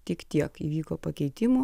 tik tiek įvyko pakeitimų